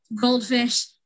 goldfish